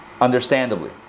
understandably